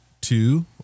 two